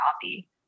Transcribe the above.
coffee